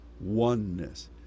oneness